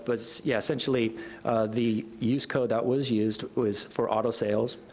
but yeah essentially the use code that was used was for auto sales,